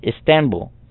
Istanbul